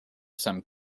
some